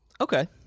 Okay